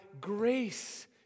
grace